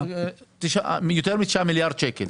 יותר מ-9 מיליארד שקל.